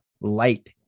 Light